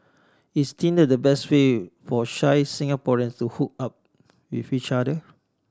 is Tinder the best way for shy Singaporeans to hook up with each other